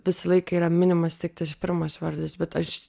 visą laiką yra minimas tik tas pirmas vardas bet aš